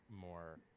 more